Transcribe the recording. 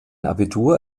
abitur